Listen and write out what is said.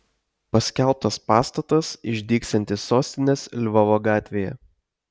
paskelbtas pastatas išdygsiantis sostinės lvovo gatvėje